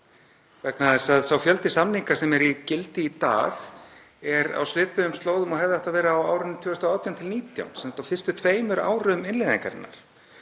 vegna þess að sá fjöldi samninga sem er í gildi í dag er á svipuðum slóðum og hefði átt að vera á árunum 2018–2019, sem sagt á fyrstu tveimur árum innleiðingarinnar.